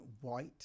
white